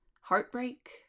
heartbreak